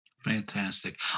fantastic